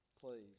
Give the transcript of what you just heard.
please